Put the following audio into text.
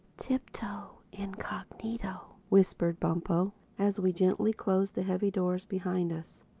tiptoe incognito, whispered bumpo as we gently closed the heavy doors behind us.